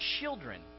children